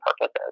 purposes